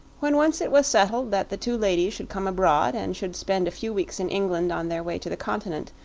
when once it was settled that the two ladies should come abroad and should spend a few weeks in england on their way to the continent,